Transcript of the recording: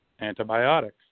antibiotics